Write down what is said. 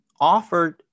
offered